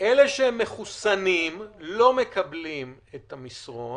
אלה שמחוסנים לא מקבלים את המסרון,